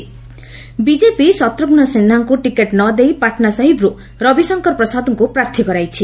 BJP Shatrughan ସିହ୍ନାଙ୍କୁ ticket ନ ଦେଇ ପାଟ୍ନା ସାହିବ୍ରୁ ରବିଶଙ୍କର ପ୍ରସାଦଙ୍କୁ ପ୍ରାର୍ଥୀ କରାଇଛି